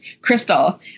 crystal